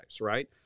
right